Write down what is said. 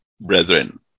brethren